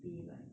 be like